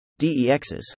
DEXs